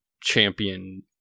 champion